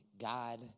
God